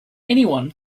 anyone